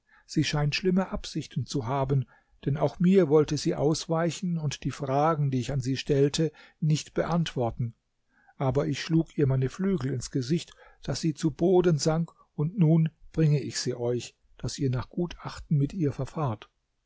sie scheint schlimme absichten zu haben denn auch mir wollte sie ausweichen und die fragen die ich an sie stellte nicht beantworten aber ich schlug ihr meine flügel ins gesicht daß sie zu boden sank und nun bringe ich sie euch daß ihr nach gutachten mit ihr verfahrt